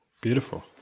Beautiful